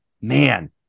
Man